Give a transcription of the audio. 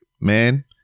man